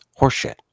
horseshit